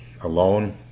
alone